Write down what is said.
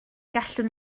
gallwn